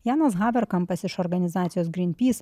janas haverkampas iš organizacijos grynpys